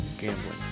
gambling